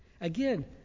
Again